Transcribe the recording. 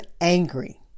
angry